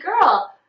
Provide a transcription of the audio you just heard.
girl